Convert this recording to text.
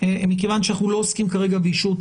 מכיוון שאנחנו לא עוסקים כרגע באישור,